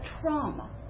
trauma